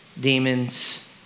demons